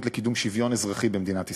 לקידום שוויון אזרחי במדינת ישראל.